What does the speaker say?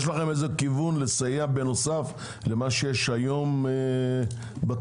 יש לכם כיוון לסייע בנוסף למה שיש היום בתחום?